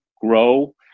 grow